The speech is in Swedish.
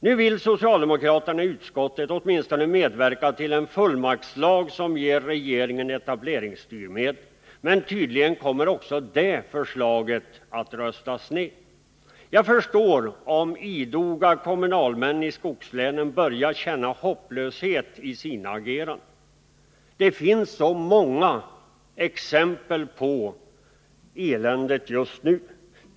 Nu vill socialdemokraterna i utskottet medverka till en fullmaktslag som ger regeringen etableringsstyrmedel, men tydligen kommer också det förslaget att röstas ner. Jag förstår om idoga kommunalmän i skogslänen börjar känna hopplöshet i sitt agerande. Det finns så många exempel på eländet just nu.